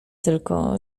tylko